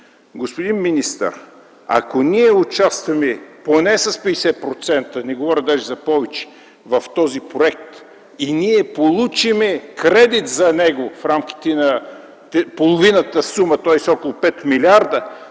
Господин министър, ако ние участваме поне с 50% - не говоря даже за повече, в този проект и получим кредит за него в рамките на половината сума, тоест около 5 милиарда,